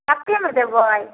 कते मे देबै